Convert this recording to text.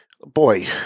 Boy